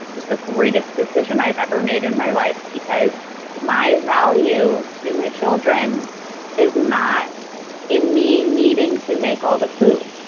was the greatest decision i've ever made in my life, because my value to my children is not in me needing to make all the food,